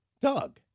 Doug